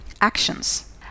Actions